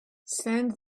send